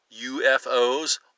UFOs